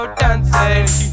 dancing